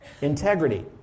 integrity